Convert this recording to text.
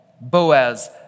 Boaz